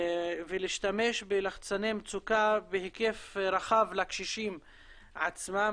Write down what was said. ולהשתמש בלחצני מצוקה בהיקף רחב לקשישים עצמם,